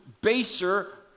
baser